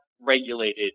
regulated